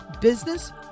business